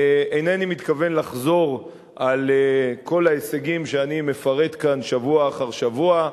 אינני מתכוון לחזור על כל ההישגים שאני מפרט כאן שבוע אחר שבוע,